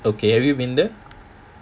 okay have you been there